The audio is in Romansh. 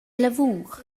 lavur